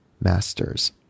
masters